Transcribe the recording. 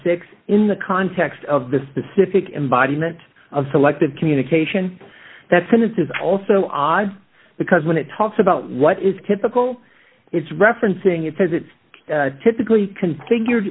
six in the context of the specific embodiment of selective communication that sentence is also odd because when it talks about what is typical it's referencing it says it's typically configured